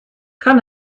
kann